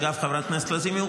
חברת הכנסת לזימי,